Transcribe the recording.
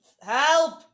help